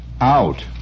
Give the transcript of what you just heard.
Out